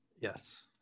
Yes